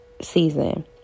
season